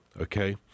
okay